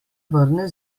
vrne